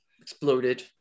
exploded